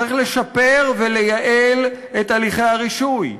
צריך לשפר ולייעל את הליכי הרישוי,